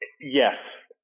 Yes